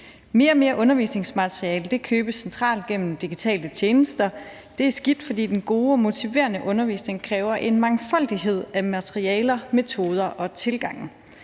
Mere og mere undervisningsmateriale købes centralt gennem digitale tjenester. Det er skidt, fordi den gode og motiverende undervisning kræver en mangfoldighed af materialer, metoder og tilgange.